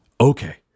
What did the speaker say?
Okay